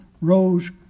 rose